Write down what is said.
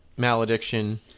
malediction